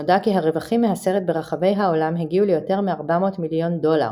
נודע כי הרווחים מהסרט ברחבי העולם הגיעו ליותר מ-400 מיליון דולר.